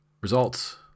Results